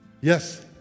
Yes